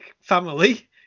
family